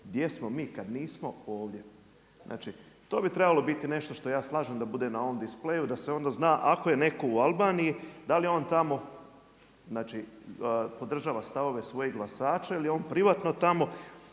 gdje smo mi kad nismo ovdje. To bi trebalo biti nešto što se ja slažem da bude na ovom displeju da se onda zna ako je neko u Albaniji, da li je on tamo podržava stavove svojih glasača ili je on privatno tamo